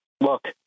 Look